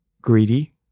greedy